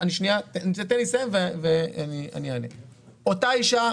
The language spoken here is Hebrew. אותה אישה,